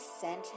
sent